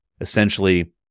essentially